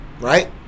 Right